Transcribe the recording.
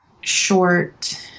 short